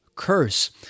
curse